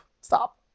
Stop